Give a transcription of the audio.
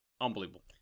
Unbelievable